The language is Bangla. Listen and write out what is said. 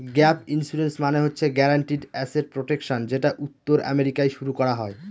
গ্যাপ ইন্সুরেন্স মানে হচ্ছে গ্যারান্টিড এসেট প্রটেকশন যেটা উত্তর আমেরিকায় শুরু করা হয়